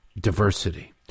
diversity